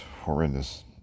horrendous